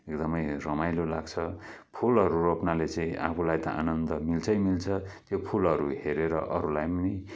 एकदमै रमाइलो लाग्छ फुलहरू रोप्नाले चाहिँ आफूलाई त आनन्द मिल्छै मिल्छ त्यो फुलहरू हेरेर अरूलाई पनि